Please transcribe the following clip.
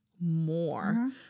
more